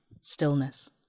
stillness